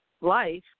life